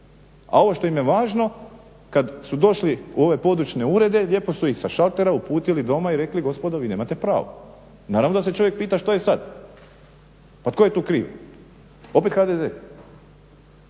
a ovo što im je važno kad su došli u ove područne urede lijepo su ih sa šaltera uputili doma i rekli gospodo vi nemate pravo. Naravno da se čovjek pita što je sad, pa tko je tu kriv, opet HDZ?